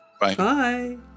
Bye